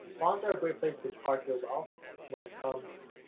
bonds are a great place to park your wealth when it comes.